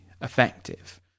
effective